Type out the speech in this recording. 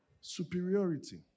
Superiority